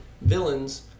villains